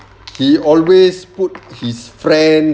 he always put his friend